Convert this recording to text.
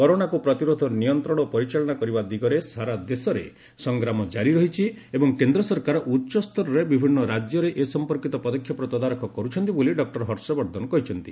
କରୋନାକୁ ପ୍ରତିରୋଧ ନିୟନ୍ତ୍ରଣ ଓ ପରିଚାଳନା କରିବା ଦିଗରେ ସାରା ଦେଶରେ ସଂଗ୍ରାମ ଜାରି ରହିଛି ଏବଂ କେନ୍ଦ୍ର ସରକାର ଉଚ୍ଚସ୍ତରରେ ବିଭିନ୍ନ ରାଜ୍ୟର ଏ ସମ୍ପର୍କିତ ପଦକ୍ଷେପର ତଦାରଖ କରୁଛନ୍ତି ବୋଲି ଡକ୍କର ହର୍ଷବର୍ଦ୍ଧନ କହିଛନ୍ତି